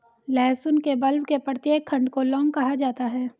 लहसुन के बल्ब के प्रत्येक खंड को लौंग कहा जाता है